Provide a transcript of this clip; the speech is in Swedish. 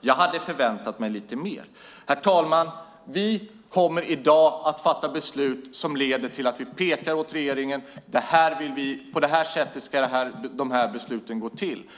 jag hade förväntat mig lite mer. Herr talman! I dag kommer vi att fatta beslut som leder till att vi för regeringen pekar ut hur vi vill att besluten ska gå till.